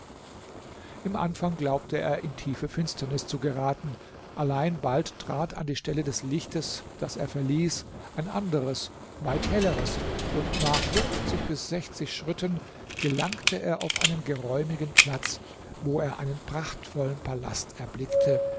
im anfang glaubte er in tiefe finsternis zu geraten allein bald trat an die stelle des lichts das er verließ ein anderes weit helleres und nach fünfzig bis sechzig schritten gelangte er auf einen geräumigen platz wo er einen prachtvollen palast erblickte